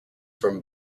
from